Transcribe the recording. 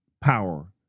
power